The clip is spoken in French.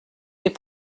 des